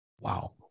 Wow